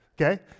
okay